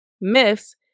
Myths